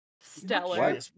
Stellar